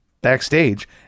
Backstage